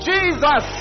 Jesus